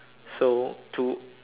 so to